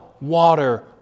water